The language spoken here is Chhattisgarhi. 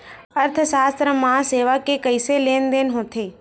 अर्थशास्त्र मा सेवा के कइसे लेनदेन होथे?